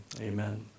Amen